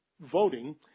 voting